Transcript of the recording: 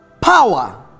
power